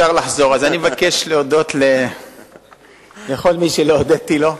אז אני מבקש להודות לכל מי שלא הודיתי לו.